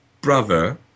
brother